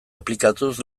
aplikatuz